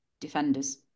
defenders